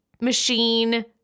machine